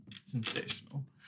Sensational